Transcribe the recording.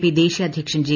P ദ്ദേശ്രീയ അധ്യക്ഷൻ J